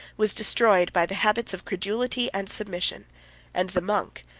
was destroyed by the habits of credulity and submission and the monk,